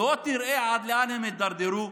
לא יראו עד לאן הם הידרדרו,